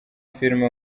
filime